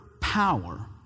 power